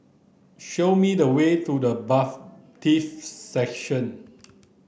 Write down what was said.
show me the way to the Section